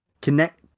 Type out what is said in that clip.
connect